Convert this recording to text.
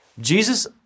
Jesus